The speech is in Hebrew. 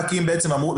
ושוב,